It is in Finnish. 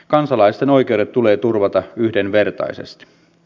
kansalaisten oikeudet tulee turvata yhdenvertaisesti